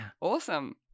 Awesome